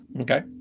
Okay